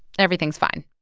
everything's fine.